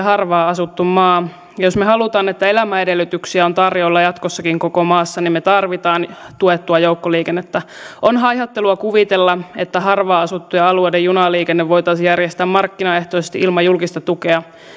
harvaan asuttu maa jos me haluamme että elämän edellytyksiä on tarjolla jatkossakin koko maassa niin me tarvitsemme tuettua joukkoliikennettä on haihattelua kuvitella että harvaan asuttujen alueiden junaliikenne voitaisiin järjestää markkinaehtoisesti ilman julkista tukea